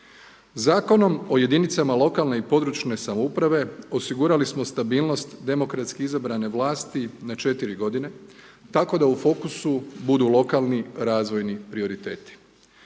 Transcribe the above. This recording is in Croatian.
Zakonom o jedinicama lokalne i područne samouprave osigurali smo stabilnost demokratski izabrane vlasti na 4 godine tako da u fokusu budu lokalni razvojni prioriteti.